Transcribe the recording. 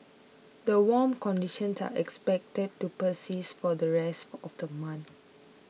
the warm are expected to persist for the rest of the month